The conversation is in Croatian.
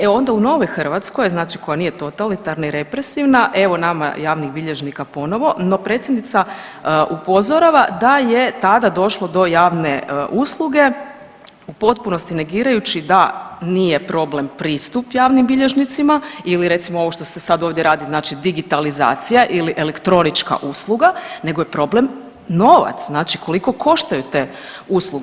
E onda u novoj Hrvatskoj, znači koja nije totalitarna i represivna, evo nama javnih bilježnika ponovo, no predsjednica upozorava da je tada došlo do javne usluge u potpunosti negirajući da nije problem pristup javnim bilježnicima ili recimo, ovo što se sad ovdje radi, znači digitalizacija ili elektronička usluga, nego je problem novac, znači koliko koštaju te usluge.